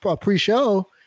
pre-show